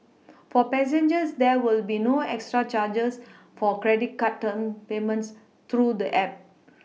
for passengers there will be no extra charges for credit card turn payments through the app